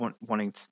wanting